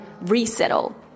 resettle